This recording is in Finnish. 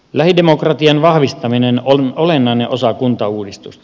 lähidemokratian vahvistaminen on olennainen osa kuntauudistusta